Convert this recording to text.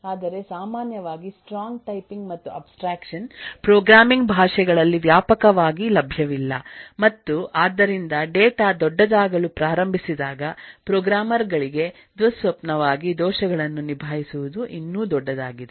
ಆದರೆ ಸಾಮಾನ್ಯವಾಗಿ strong typing ಮತ್ತು ಅಬ್ಸ್ಟ್ರಾಕ್ಷನ್ ಪ್ರೋಗ್ರಾಮಿಂಗ್ ಭಾಷೆಗಳಲ್ಲಿ ವ್ಯಾಪಕವಾಗಿ ಲಭ್ಯವಿಲ್ಲ ಮತ್ತು ಆದ್ದರಿಂದ ಡೇಟಾ ದೊಡ್ಡದಾಗಲು ಪ್ರಾರಂಭಿಸಿದಾಗ ಪ್ರೋಗ್ರಾಮರ್ ಗಳಿಗೆ ದುಃಸ್ವಪ್ನವಾಗಿ ದೋಷಗಳನ್ನು ನಿಭಾಯಿಸುವುದು ಇನ್ನೂ ದೊಡ್ಡದಾಗಿದೆ